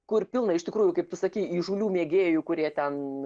kur pilna iš tikrųjų kaip tu sakei įžūlių mėgėjų kurie ten